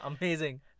Amazing